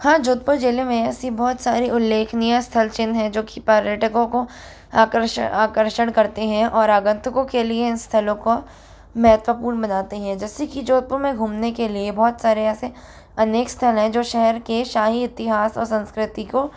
हाँ जोधपुर ज़िले में ऐसी बहुत सारी उल्लेखनीय स्थल चिन्ह है जो कि पर्यटकों को आकर्षण करते हैं और आगंतुकों के लिए इन स्थलों को महत्वपूर्ण बनाते हैं जैसे कि जोधपुर में घूमने के लिए बहुत सारे ऐसे अनेक स्थल हैं जो शहर के शाही इतिहास और संस्कृति को